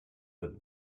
with